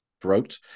throat